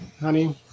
honey